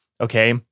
okay